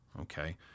okay